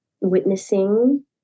witnessing